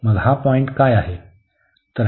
मग हा पॉईंट काय आहे